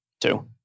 Two